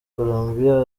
colombia